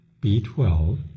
B12